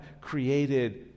created